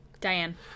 Diane